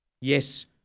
Yes